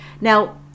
Now